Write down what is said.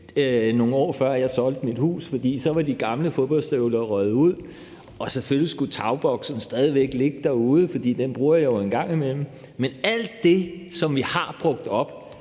nogle år før jeg solgte mit hus, for så var de gamle fodboldstøvler røget ud, og selvfølgelig skulle tagboksen stadig væk ligge derude, for den bruger jeg jo engang imellem. Men alt det, som vi har brugt op,